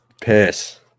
Piss